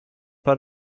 pas